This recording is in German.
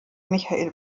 michael